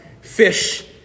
fish